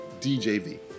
DJV